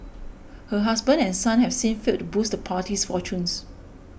her husband and son have since failed to boost the party's fortunes